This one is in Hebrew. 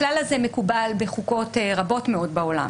הכלל הזה מקובל בחוקות רבות מאוד בעולם